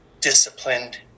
disciplined